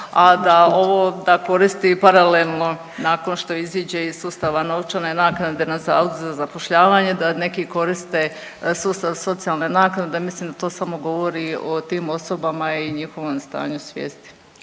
A ovo da koristi paralelno nakon što iziđe iz sustava novčane naknade na Zavodu za zapošljavanje da neki koriste sustav socijalne naknade, mislim da to samo govori o tim osobama i njihovom stanju svijesti.